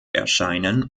erscheinen